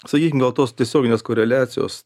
sakykimgal tos tiesioginės koreliacijos